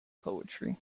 poetry